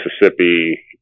Mississippi